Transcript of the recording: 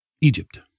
Egypt